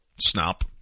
snap